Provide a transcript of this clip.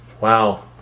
Wow